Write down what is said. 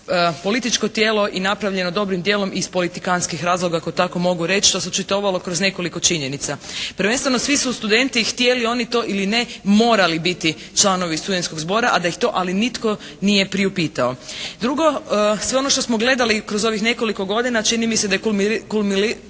političko tijelo i napravljeno dobrim dijelom iz politikantskih razloga ako tako mogu reći. To se očitovalo kroz nekoliko činjenica. Prvenstveno svi su studenti htjeli oni to ili ne, morali biti članovi Studentskog zbora a da ih to, ali nitko nije priupitao. Drugo, sve ono što smo gledali kroz ovih nekoliko godina čini mi se da je kulminiralo